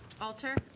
Alter